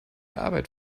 arbeit